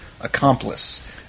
accomplice